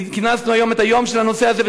כינסנו היום את היום בנושא הזה.